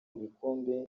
ibikombe